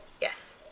Yes